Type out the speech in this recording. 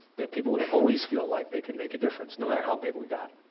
that people would always feel like they could make a difference, no matter how big we got.